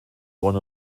one